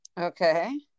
Okay